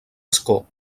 escó